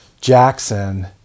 Jackson